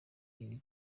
iri